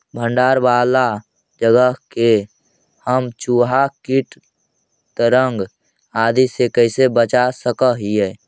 भंडार वाला जगह के हम चुहा, किट पतंग, आदि से कैसे बचा सक हिय?